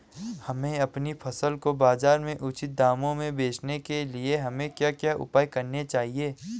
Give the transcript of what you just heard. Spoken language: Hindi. हमें अपनी फसल को बाज़ार में उचित दामों में बेचने के लिए हमें क्या क्या उपाय करने चाहिए?